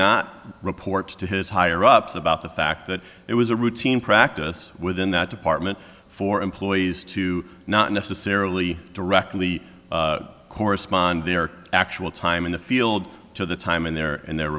not report to his higher ups about the fact that it was a routine practice within that department for employees to not necessarily directly correspond their actual time in the field to the time and their and their